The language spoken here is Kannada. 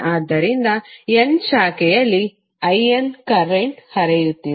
ಆದ್ದರಿಂದ n ನೇ ಶಾಖೆಯಲ್ಲಿ in ಕರೆಂಟ್ ಹರಿಯುತ್ತಿದೆ